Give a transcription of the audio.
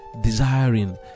desiring